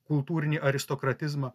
kultūrinį aristokratizmą